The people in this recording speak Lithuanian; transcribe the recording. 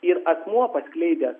ir asmuo paskleidęs